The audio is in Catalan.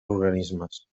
organismes